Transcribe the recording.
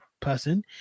person